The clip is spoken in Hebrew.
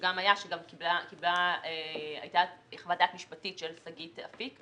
שגם היתה חוות דעת משפטית של שגית אפיק,